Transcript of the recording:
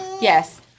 Yes